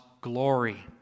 glory